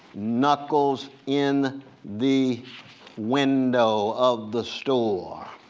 knuckles in the window of the store.